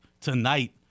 tonight